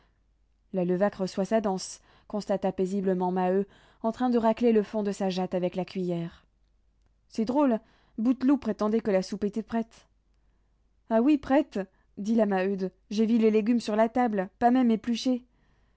la levaque reçoit sa danse constata paisiblement maheu en train de racler le fond de sa jatte avec la cuiller c'est drôle bouteloup prétendait que la soupe était prête ah oui prête dit la maheude j'ai vu les légumes sur la table pas même épluchés